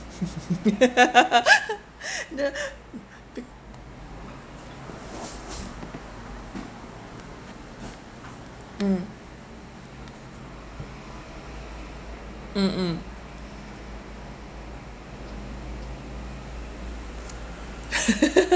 the mm mm mm